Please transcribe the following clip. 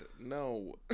No